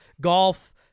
golf